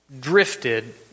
drifted